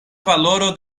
valoro